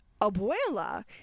Abuela